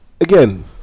again